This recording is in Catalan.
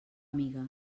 amiga